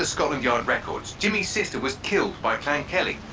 ah scotland yard records jimmy's sister was killed by clan kelly.